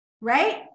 right